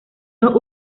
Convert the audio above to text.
dos